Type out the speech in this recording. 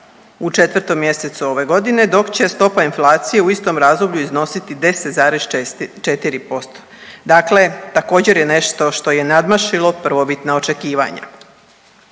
u 4. mjesecu ove godine, dok će stopa inflacije u istom razdoblju iznositi 10,4%. Dakle, također je nešto što je nadmašilo prvobitna očekivanja.